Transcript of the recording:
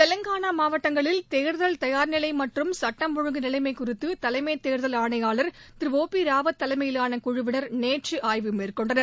தெலுங்கானா மாவட்டங்களில் தேர்தல் தயார் நிலை மற்றும் சட்டம் ஒழுங்கு நிலைமை குறித்து தலைமை தேர்தல் ஆணையாளர் திரு ஓ பி ராவத் தலைமையிலான குழுவினர் நேற்று ஆய்வு மேற்கொண்டனர்